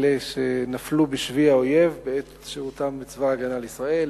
אלה שנפלו בשבי האויב בעת שירותם בצבא-הגנה לישראל,